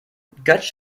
götsch